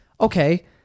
okay